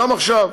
גם עכשיו.